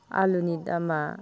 आलुनि दामआ